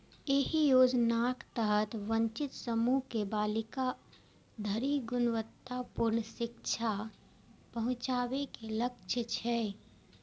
एहि योजनाक तहत वंचित समूह के बालिका धरि गुणवत्तापूर्ण शिक्षा पहुंचाबे के लक्ष्य छै